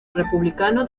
republicano